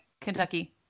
Kentucky